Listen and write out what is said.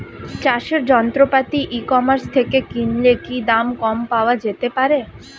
চাষের যন্ত্রপাতি e commerce থেকে কিনলে কি দাম কম পাওয়া যেতে পারে?